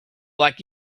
like